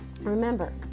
remember